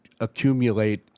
accumulate